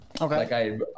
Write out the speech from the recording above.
okay